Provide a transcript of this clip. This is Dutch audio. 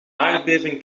aardbeving